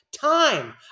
time